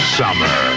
summer